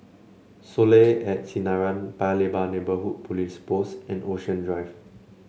Soleil at Sinaran Paya Lebar Neighbourhood Police Post and Ocean Drive